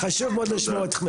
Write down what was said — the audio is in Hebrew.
חשוב מאוד לשמוע אותך,